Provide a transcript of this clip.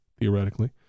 theoretically